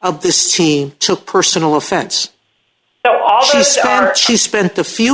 of this team took personal offense she spent a few